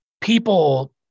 people